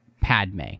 Padme